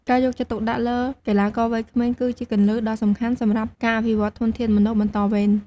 ការយកចិត្តទុកដាក់លើកីឡាករវ័យក្មេងគឺជាគន្លឹះដ៏សំខាន់សម្រាប់ការអភិវឌ្ឍធនធានមនុស្សបន្តវេន។